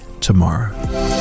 tomorrow